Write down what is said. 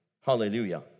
hallelujah